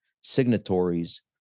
signatories